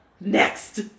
Next